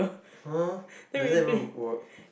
does that even work